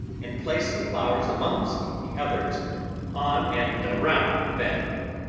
and placed the flowers amongst the others on and around the bed.